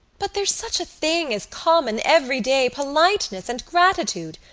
but there's such a thing as common everyday politeness and gratitude.